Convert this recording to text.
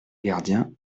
gardien